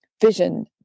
vision